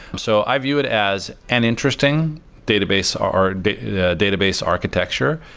so i view it as an interesting database or database architecture.